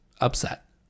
upset